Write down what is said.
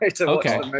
okay